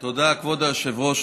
תודה, כבוד היושב-ראש.